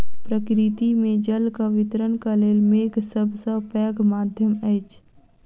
प्रकृति मे जलक वितरणक लेल मेघ सभ सॅ पैघ माध्यम अछि